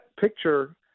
picture